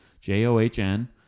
J-O-H-N